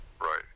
Right